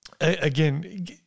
Again